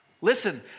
listen